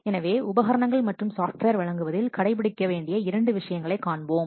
எனவே உபகரணங்கள் மற்றும் சாப்ட்வேர் வழங்குவதில் கடைபிடிக்க வேண்டிய இரண்டு விஷயங்களைக் காண்போம்